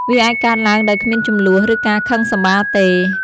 វាអាចកើតឡើងដោយគ្មានជម្លោះ ឬការខឹងសម្បារទេ។